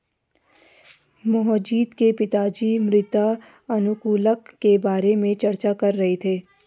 मोहजीत के पिताजी मृदा अनुकूलक के बारे में चर्चा कर रहे थे